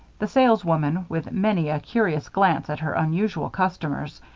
the sales-woman, with many a curious glance at her unusual customers,